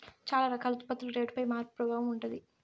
చాలా రకాల ఉత్పత్తుల రేటుపై మార్పు ప్రభావం ఉంటది